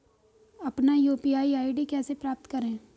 अपना UPI ID कैसे प्राप्त करें?